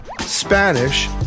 Spanish